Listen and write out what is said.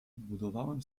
budowałem